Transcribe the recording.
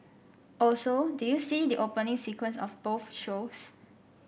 also did you see the opening sequence of both shows